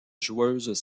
joueuses